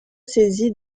saisi